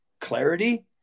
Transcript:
clarity